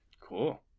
Cool